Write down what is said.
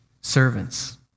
servants